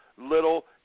Little